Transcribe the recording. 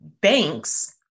banks